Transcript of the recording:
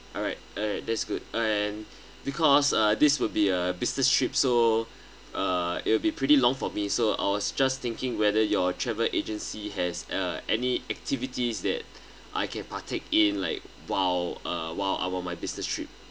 alright alright that's good and because uh this will be a business trip so uh it will be pretty long for me so I was just thinking whether your travel agency has uh any activities that I can partake in like while uh while I on my business trip